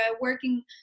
working